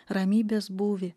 ramybės būvį